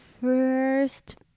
first